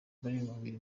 barinubira